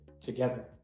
together